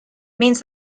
means